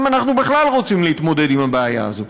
אם אנחנו בכלל רוצים להתמודד עם הבעיה הזאת.